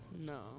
No